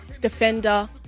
defender